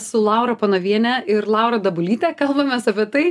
su laura panaviene ir laura dabulyte kalbamės apie tai